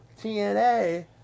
TNA